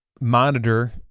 monitor